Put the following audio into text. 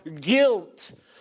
guilt